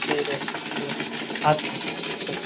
ঠিক আছে হ্যাঁ আচ্ছা ঠিক আছে